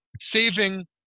saving